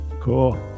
Cool